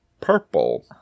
purple